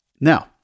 Now